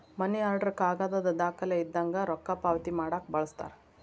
ಮನಿ order ಕಾಗದದ್ ದಾಖಲೆ ಇದ್ದಂಗ ರೊಕ್ಕಾ ಪಾವತಿ ಮಾಡಾಕ ಬಳಸ್ತಾರ